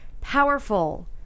powerful